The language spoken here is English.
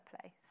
place